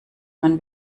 man